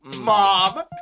Mom